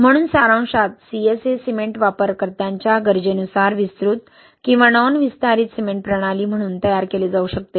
म्हणून सारांशात CSA cement वापरकर्त्यांच्या गरजेनुसार विस्तृत किंवा नॉन विस्तारित सिमेंट प्रणाली म्हणून तयार केले जाऊ शकते